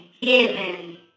given